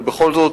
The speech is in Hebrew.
אבל בכל זאת,